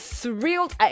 thrilled